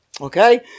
Okay